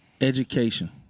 Education